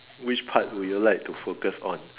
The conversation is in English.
which part would you like to focus on